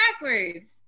backwards